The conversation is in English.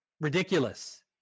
ridiculous